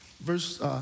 verse